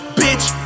bitch